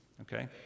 Okay